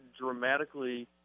dramatically